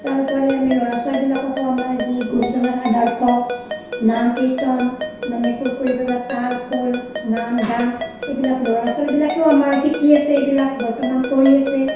তাৰপৰাই আমি ল'ৰা ছোৱালীবিলাককো আমাৰ যি গুৰুজনাৰ আদৰ্শ নাম কীৰ্তন মানে বজোৱা তাল খোল নাম গান এইবিলাক ল'ৰা ছোৱালী বিলাকেও আমাৰ শিকি আছে এইবিলাক বৰ্তমান কৰি আছে